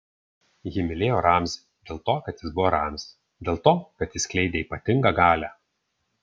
ji mylėjo ramzį dėl to kad jis buvo ramzis dėl to kad jis skleidė ypatingą galią